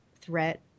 threat